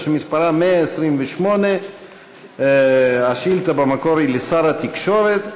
שמספרה 128. השאילתה במקור היא לשר התקשורת.